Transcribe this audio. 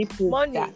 Money